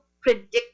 predict